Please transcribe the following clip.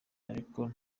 ariko